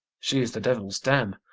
she is the devil's dam,